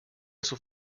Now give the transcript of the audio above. sus